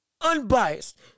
Unbiased